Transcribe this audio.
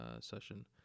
session